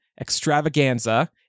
extravaganza